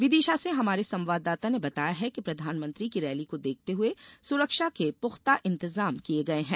विदिशा से हमारे संवाददाता ने बताया है कि प्रधानमंत्री की रैली को देखते हुए सुरक्षा के प्रख्ता इंतजाम किये गये हैं